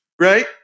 Right